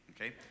okay